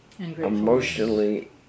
emotionally